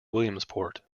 williamsport